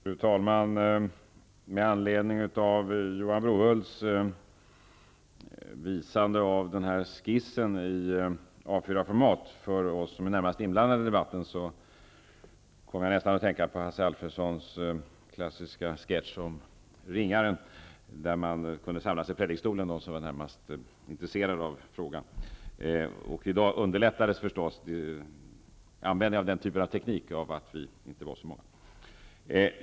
Fru talman! Med anledning av Johan Brohults förevisning av en skiss i A 4-format för oss som närmast är inblandade i debatten kom jag att tänka på Hasse Alfredsons klassiska sketch om ringaren, där de som var närmast intresserade av frågan kunde samlas i predikstolen. I dag underlättades förevisningen av att vi inte är så många.